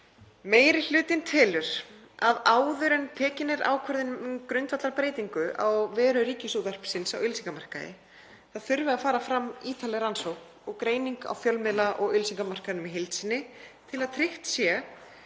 Meiri hlutinn telur að áður en tekin er ákvörðun um grundvallarbreytingu á veru Ríkisútvarpsins á auglýsingamarkaði þurfi að fara fram ítarleg rannsókn og greining á fjölmiðla- og auglýsingamarkaðnum í heild sinni til að tryggt sé